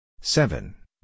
seven